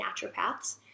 naturopaths